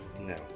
no